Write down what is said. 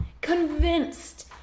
Convinced